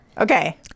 Okay